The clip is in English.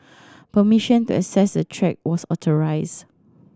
permission to access the track was authorised